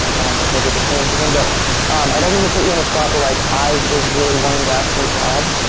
i don't know if i'll get this chance again. but um i don't mean to put you on the spot but like i was really wanting to ask for a job.